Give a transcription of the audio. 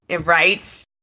Right